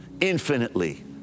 infinitely